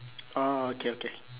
oh okay okay